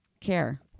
care